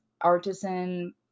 artisan